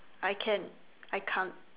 I can I can't